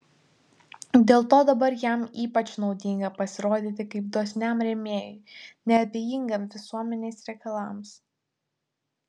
dėl to dabar jam ypač naudinga pasirodyti kaip dosniam rėmėjui neabejingam visuomenės reikalams